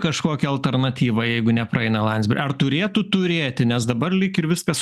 kažkokią alternatyvą jeigu nepraeina landsber turėtų turėti nes dabar lyg ir viskas